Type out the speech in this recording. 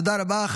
תודה רבה.